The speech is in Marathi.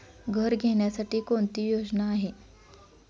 घर घेण्यासाठी कोणती योजना आहे?